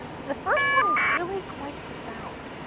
the first one is really quite profound.